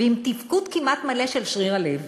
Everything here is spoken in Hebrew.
ועם תפקוד כמעט מלא של שריר הלב.